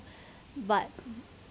but